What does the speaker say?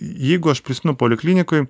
jeigu aš prisimenu poliklinikoj